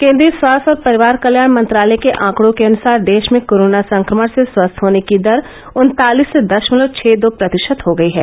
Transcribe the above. केन्द्रीय स्वास्थ्य और परिवार कत्याण मंत्रालय के आंकड़ों के अनुसार देश में कोरोना संक्रमण से स्वस्थ होने की दर उन्तालीस दशमलव छह दो प्रतिशत हो गई है